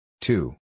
Two